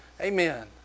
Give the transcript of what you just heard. Amen